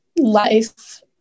life